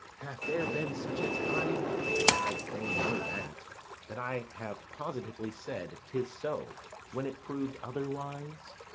hath there been such a time i'd fain know that that i have positively said tis so when it prov'd otherwise?